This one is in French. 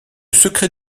secret